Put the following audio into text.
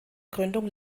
gründung